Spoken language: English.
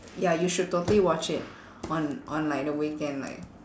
ya you should totally watch it on on like the weekend like